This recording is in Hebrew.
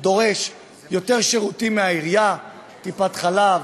דורש יותר שירותים מהעירייה: טיפת-חלב,